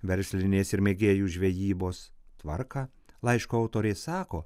verslinės ir mėgėjų žvejybos tvarką laiško autorė sako